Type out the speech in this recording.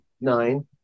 nine